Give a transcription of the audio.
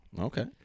Okay